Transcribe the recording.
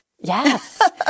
Yes